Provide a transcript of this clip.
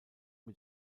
mit